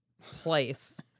place